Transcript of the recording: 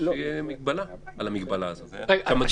שכל שליח שמגיע עד הבית יניח את המצרכים בפתח הבית ולא